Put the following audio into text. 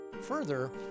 Further